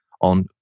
on